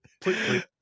please